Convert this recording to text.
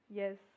yes